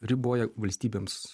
riboja valstybėms